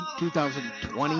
2020